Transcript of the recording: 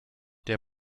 der